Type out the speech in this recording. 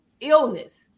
illness